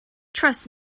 trust